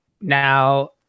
now